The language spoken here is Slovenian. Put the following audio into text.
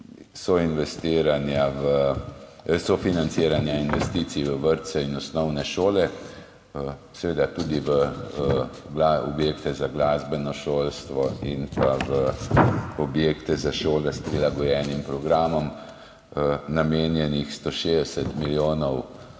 sofinanciranje investicij v vrtce in osnovne šole, seveda tudi v objekte za glasbeno šolstvo in pa v objekte za šole s prilagojenim programom namenjenih 160 milijonov